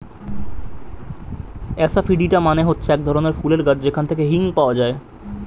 asafoetida মানে হচ্ছে এক ধরনের ফুলের গাছ যেখান থেকে হিং পাওয়া যায়